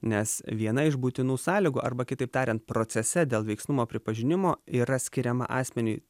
nes viena iš būtinų sąlygų arba kitaip tariant procese dėl veiksnumo pripažinimo yra skiriama asmeniui